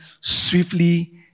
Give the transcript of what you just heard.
swiftly